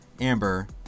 Amber